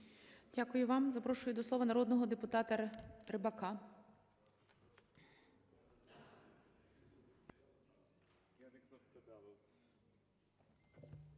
Дякую вам. Запрошу до слова народного депутата Рибака.